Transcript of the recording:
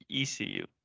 ECU